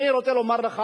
אני רוצה לומר לך,